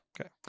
Okay